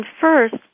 first